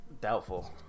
doubtful